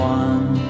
one